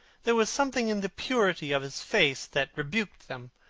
there was something in the purity of his face that rebuked them.